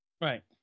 Right